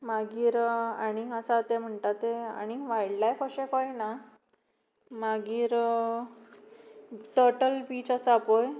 मागीर आनीक आसा तें म्हणटा तें आनीक वायलड लायफ अशें कांय ना मागीर टर्टल बीच आसा पळय